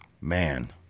man